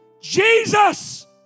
Jesus